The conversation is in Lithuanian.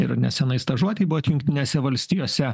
ir nesenai stažuotei buvot jungtinėse valstijose